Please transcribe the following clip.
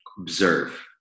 observe